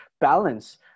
balance